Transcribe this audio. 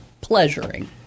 pleasuring